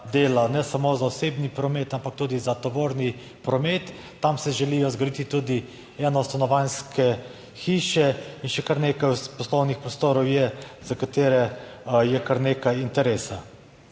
ne samo za osebni promet, ampak tudi za tovorni promet. Tam se želijo zgraditi tudi eno stanovanjske hiše in še kar nekaj poslovnih prostorov je, za katere je kar nekaj interesa.